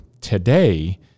Today